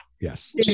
Yes